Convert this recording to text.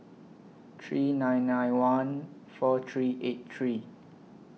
three nine nine one four three eight three